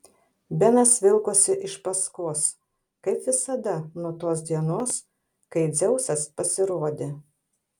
benas vilkosi iš paskos kaip visada nuo tos dienos kai dzeusas pasirodė